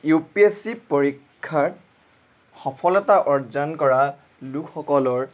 U P S C পৰীক্ষাৰ সফলতা অৰ্জন কৰা লোকসকলৰ